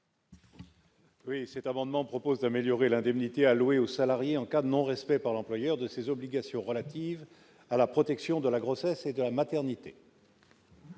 Oui, cet amendement propose d'améliorer l'indemnité allouée aux salariés en cas de non-respect par l'employeur de ses obligations relatives à la protection de la grossesse et de la maternité.